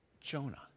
Jonah